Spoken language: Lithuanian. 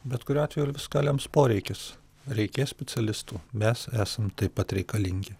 bet kuriuo atveju ir viską lems poreikis reikės specialistų mes esam taip pat reikalingi